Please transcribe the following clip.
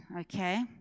okay